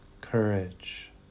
courage